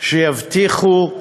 שיבטיחו,